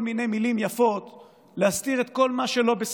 מיני מילים יפות להסתיר את כל מה שלא בסדר.